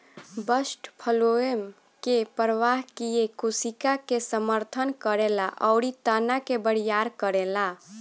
bast phloem के प्रवाह किये कोशिका के समर्थन करेला अउरी तना के बरियार करेला